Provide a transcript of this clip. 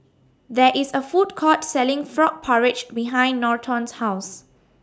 There IS A Food Court Selling Frog Porridge behind Norton's House